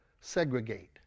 Segregate